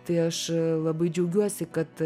tai aš labai džiaugiuosi kad